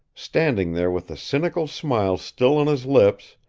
standing there with the cynical smile still on his lips,